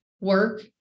work